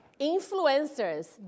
Influencers